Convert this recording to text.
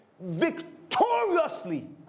victoriously